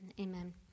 Amen